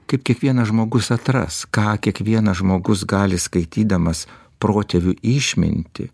kaip kiekvienas žmogus atras ką kiekvienas žmogus gali skaitydamas protėvių išmintį